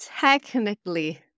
technically